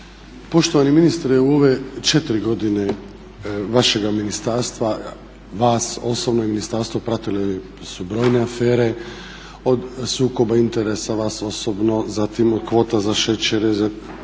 Poštovani ministre, u ove 4 godine vašega ministarstva, vas osobno i ministarstvo pratile su brojne afere, od sukoba interesa vas osobno, zatim kvota za šećere,